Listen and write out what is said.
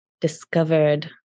discovered